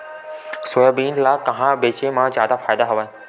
Soybean ल कहां बेचे म जादा फ़ायदा हवय?